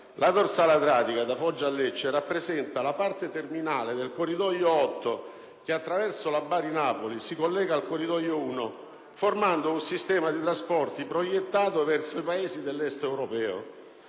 La dorsale adriatica da Foggia a Lecce rappresenta la parte terminale del Corridoio 8 che, attraverso l'asse Bari-Napoli, si collega al Corridoio 1, formando un sistema di trasporti proiettato verso i Paesi dell'Est europeo.